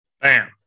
bam